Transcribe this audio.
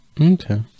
Okay